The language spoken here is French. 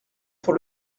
pour